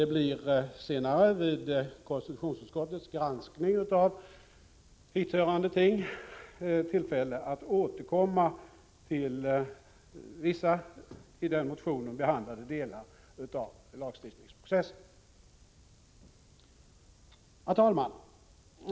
Det blir senare vid konstitutionsutskottets granskning av hithörande ting tillfälle att återkomma till vissa i den motionen behandlade delar av lagstiftningsprocessen. Herr talman!